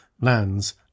lands